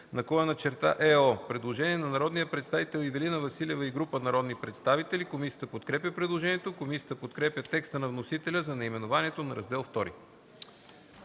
№ 406/20009/ЕО”. Предложение на народния представител Ивелина Василева и група народни представители. Комисията подкрепя предложението. Комисията подкрепя текста на вносителя за наименованието на Раздел ІІ.